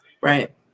Right